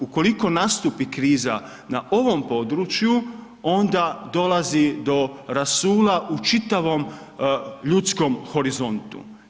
Ukoliko nastupi kriza na ovom području onda dolazi do rasula u čitavom ljudskom horizontu.